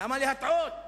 למה להטעות?